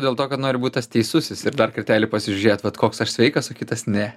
dėl to kad nori būt tas teisusis ir dar kartelį pasižiūrėt vat koks aš sveikas o kitas ne